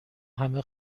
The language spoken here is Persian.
همه